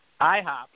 IHOP